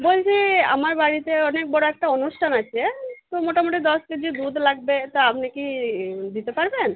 বলছি আমার বাড়িতে অনেক বড় একটা অনুষ্ঠান আছে তো মোটামুটি দশ কেজি দুধ লাগবে তা আপনি কি দিতে পারবেন